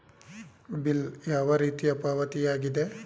Bill ಯಾವ ರೀತಿಯ ಪಾವತಿಯಾಗಿದೆ?